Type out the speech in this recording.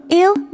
ill